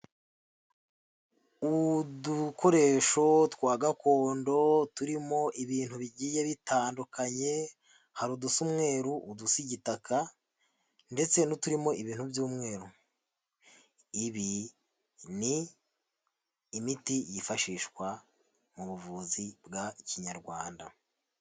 Udukoresho twa gakondo turimo ibintu bigiye bitandukanye, hari udusa umweru, udusa igitaka ndetse n'uturimo ibintu by'umweru, ibi ni imiti yifashishwa mu buvuzi bwa kinyarwanda.